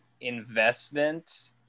investment